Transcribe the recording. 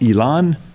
Elon